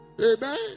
Amen